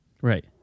Right